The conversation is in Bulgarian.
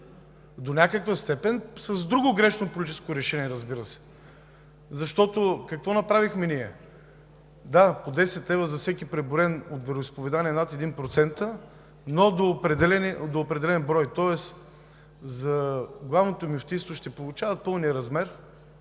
до някаква степен с друго грешно политическо решение, разбира се. Защото какво направихме ние? Да, по 10 лв. за всеки преброен от вероизповедание над един процент, но до определен брой. Тоест Главното мюфтийство ще получават пълния размер,